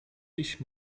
dich